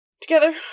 together